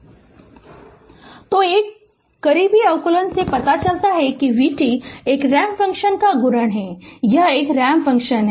Refer Slide Time 2255 तो एक करीबी अवलोकन से पता चलता है कि v t एक रैंप फ़ंक्शन का गुणन है यह एक रैंप फ़ंक्शन है